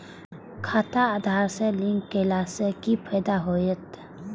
खाता आधार से लिंक केला से कि फायदा होयत?